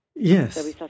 Yes